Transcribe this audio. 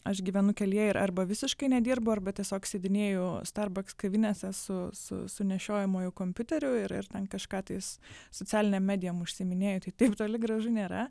aš gyvenu kelyje ir arba visiškai nedirbu arba tiesiog sėdinėju starbaks kavinėse su su su nešiojamuoju kompiuteriu ir ir ten kažką tais socialinėm medijom užsiiminėju tai taip toli gražu nėra